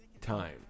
time